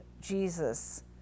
jesus